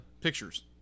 Pictures